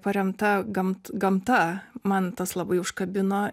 paremta gamt gamta man tas labai užkabino